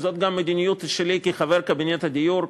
וזאת גם המדיניות שלי כחבר קבינט הדיור,